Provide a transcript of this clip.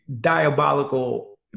Diabolical